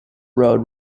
road